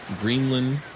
Greenland